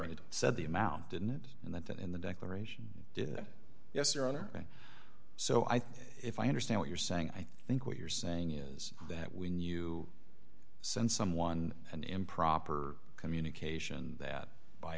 and it said the amount didn't in that than in the declaration yes your honor and so i think if i understand what you're saying i think what you're saying is that when you send someone an improper communication that by